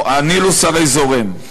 הנילוס הרי זורם,